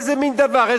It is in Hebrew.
איזה מין דבר?